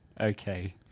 okay